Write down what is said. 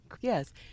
Yes